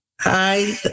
Hi